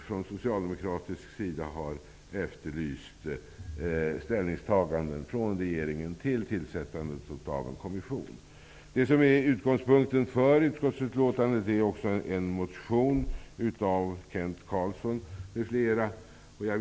Från socialdemokratisk sida har vi vid dessa tillfällen efterlyst ställningstagande från regeringen till ett tillsättande av en kommission. Utgångspunkten för utskottsutlåtandet är en motion av Kent Carlsson m.fl.